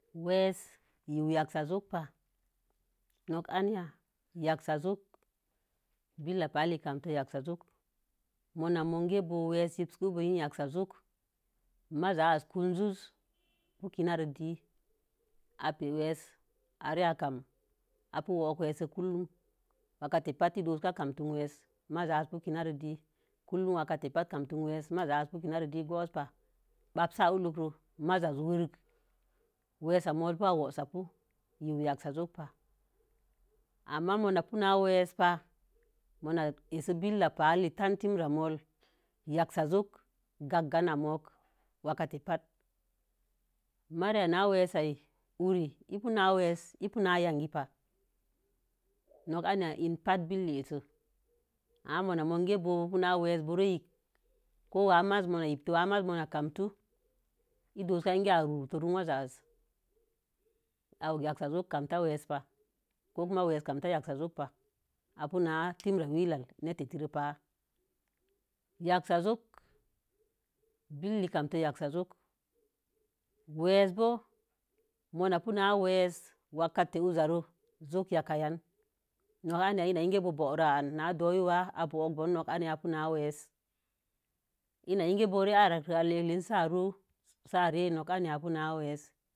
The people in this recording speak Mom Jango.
Weesə yiu yaksa jokəpa. nok ana'a yaksa jokə billək pa lil kamte yaksa jokə. mo na mokə bo̱o̱ weesə yiusuku joksa joki. ma iz anzi ku'wuzin piyinkinara diyin. A pe weesə. Are â kam a pu wokə weesə kumlun wakete pat ike kam tèn weesə. maiz iiz kinar dii. kuwuno wakəte patə kam tin weesə. maiza'a pi kina re dii bapsa'a hukəa'a maizi wekii. weesə mosi bo̱o̱ a'a wusai bui yinwu yaksa jopa. Ama ma puna weesə pa. mona a'sə billək pa lintan tinramolil yaksa joke ganga a'a moookə waketepata mariya na weesə i wuri i pina weesipa. l pi na yangi ba'a nok an ya bante billək ase ama moon ge bo̱o̱bo pi na we, esə. bore yinkə kowa maiz ma yinkə wa maiz si a'a gam tuhu. i do̱o̱ka i kii a'a ruruto wazahaz. A wukə yaksa jokə kamta weesə pa ko kuma weesə kamta yaksa jokə pahai. A pu na tinra wiwa'a netətirepa. yaksa jokə billək kamtə yaksa joki weesə boo. mo̱o̱ pina weesə bo̱o̱ wakətə wo̱o̱zare joki yankayan nok an yaa ina inke bo̱o̱ro a'a na wa dowii wa a'a bo̱o̱wubon nok anyan an pi weesa̱ ina ikə pore ara'a kə a puna weesə. a pekii pen si a'a re nok an a'a puna wessə.